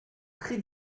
très